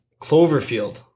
Cloverfield